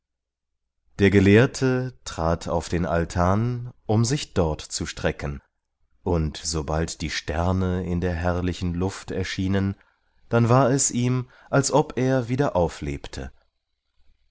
der gelehrte trat auf den altan um sich dort zu strecken und sobald die sterne in der herrlichen luft erschienen dann war es ihm als ob er wieder auflebte